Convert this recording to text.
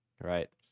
right